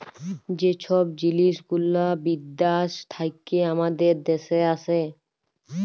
যে ছব জিলিস গুলা বিদ্যাস থ্যাইকে আমাদের দ্যাশে আসে